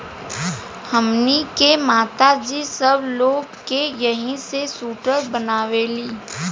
हमनी के माता जी सब लोग के एही से सूटर बनावेली